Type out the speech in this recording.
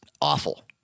awful